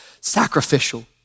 sacrificial